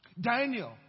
Daniel